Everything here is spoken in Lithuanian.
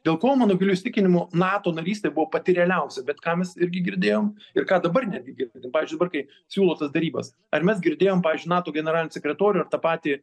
dėl ko mano giliu įsitikinimu nato narystė buvo pati realiausia bet ką mes irgi girdėjom ir ką dabar netgi pavyzdžiui dabar kai siūlo tas derybas ar mes girdėjom pavyzdžiui nato generalinį sekretorių ar tą patį